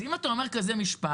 אז אם אתה אומר כזה משפט